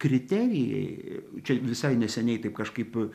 kriterijai čia visai neseniai taip kažkaip